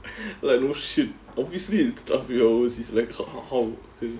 like no shit obviously it's tough you're overseas like how